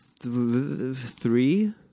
Three